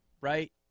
right